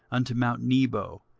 unto mount nebo,